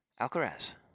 Alcaraz